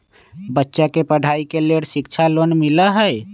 बच्चा के पढ़ाई के लेर शिक्षा लोन मिलहई?